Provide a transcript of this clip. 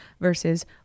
versus